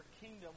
kingdom